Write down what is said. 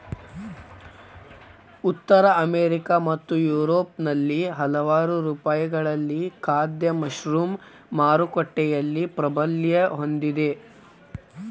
ಉತ್ತರ ಅಮೆರಿಕಾ ಮತ್ತು ಯುರೋಪ್ನಲ್ಲಿ ಹಲವಾರು ರೂಪಗಳಲ್ಲಿ ಖಾದ್ಯ ಮಶ್ರೂಮ್ ಮಾರುಕಟ್ಟೆಯಲ್ಲಿ ಪ್ರಾಬಲ್ಯ ಹೊಂದಿದೆ